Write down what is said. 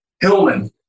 Hillman